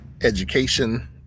education